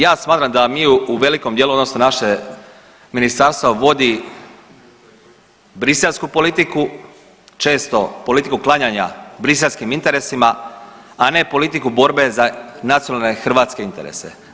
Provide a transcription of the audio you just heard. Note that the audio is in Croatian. Ja smatram da mi u velikom dijelu odnosno naše ministarstvo vodi briselsku politiku, često politiku klanjanja briselskim interesima, a ne politiku borbe za nacionalne hrvatske interese.